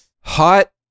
Hot